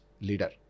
leader